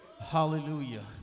Hallelujah